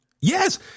Yes